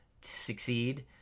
succeed